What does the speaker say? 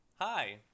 Hi